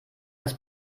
das